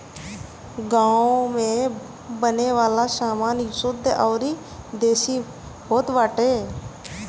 गांव में बने वाला सामान शुद्ध अउरी देसी होत बाटे